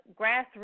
grassroots